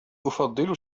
أفضل